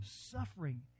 suffering